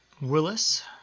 Willis